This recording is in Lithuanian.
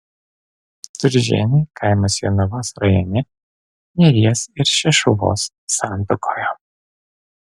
turžėnai kaimas jonavos rajone neries ir šešuvos santakoje